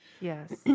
Yes